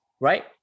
right